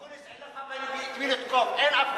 אקוניס, אין לך את מי לתקוף, אין אף אחד.